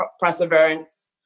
perseverance